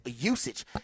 usage